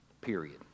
period